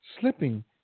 slipping